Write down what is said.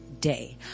day